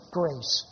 grace